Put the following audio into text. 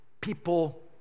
people